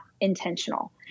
intentional